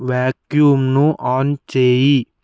వ్యాక్యూమ్ను on చేయి